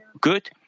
good